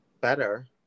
better